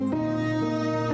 לעזור.